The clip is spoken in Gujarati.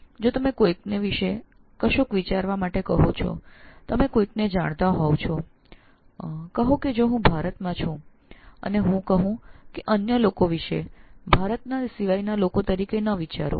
જો આપ કોઈને જાણતા હો અને તેમને કશુંક વિચારવા માટે કહો કે જેમ કે જો હું ભારતમાં છું અને કહું કે અન્ય લોકો વિશે ભારત સિવાયના લોકો તરીકે ન વિચારો